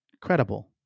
Credible